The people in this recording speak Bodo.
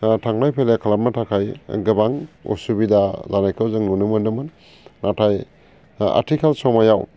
थांलाय फैलाय खालामनो थाखाय गोबां असुबिदा लानायखौ जों नुनो मोन्दोंमोन नाथाय आथिखाल समाव